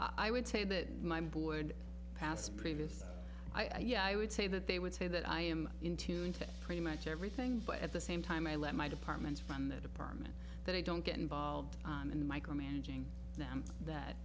i would say that my board passed previous idea i would say that they would say that i am in tune to pretty much everything but at the same time i let my departments from the department that i don't get involved and micromanaging them that